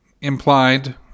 implied